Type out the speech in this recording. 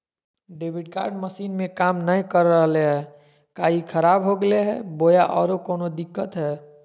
Debit card machine में काम नाय कर रहले है, का ई खराब हो गेलै है बोया औरों कोनो दिक्कत है?